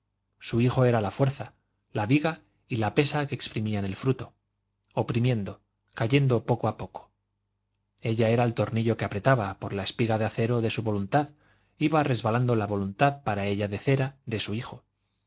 su hijo era la fuerza la viga y la pesa que exprimían el fruto oprimiendo cayendo poco a poco ella era el tornillo que apretaba por la espiga de acero de su voluntad iba resbalando la voluntad para ella de cera de su hijo